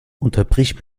unterbrich